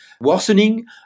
worsening